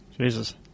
Jesus